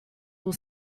will